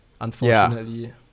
unfortunately